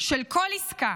של כל עסקה